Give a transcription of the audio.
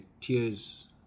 tears